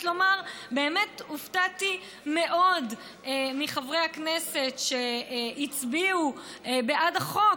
אני חייבת לומר: באמת הופתעתי מאוד מחברי הכנסת שהצביעו בעד החוק,